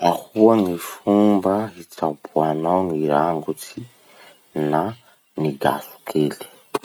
Ahoa gny fomba hitsaboanao gny rangotsy na ny gaso kely?